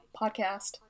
podcast